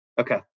Okay